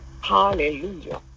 Hallelujah